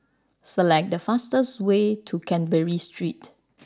Select the fastest way to Canberra Street